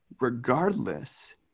regardless